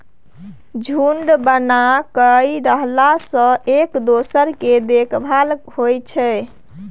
झूंड बना कय रहला सँ एक दोसर केर देखभाल होइ छै